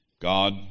God